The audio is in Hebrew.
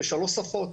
בשלוש שפות,